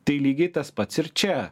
tai lygiai tas pats ir čia